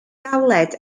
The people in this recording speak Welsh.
galed